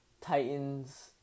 Titans